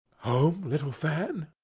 home, little fan?